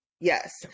yes